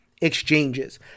exchanges